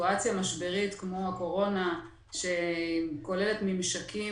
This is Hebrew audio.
סיטואציה משברית כמו הקורונה שכוללת ממשקים